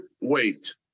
wait